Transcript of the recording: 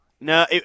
No